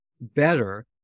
better